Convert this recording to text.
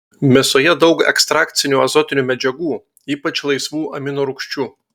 mėsoje daug ekstrakcinių azotinių medžiagų ypač laisvų aminorūgščių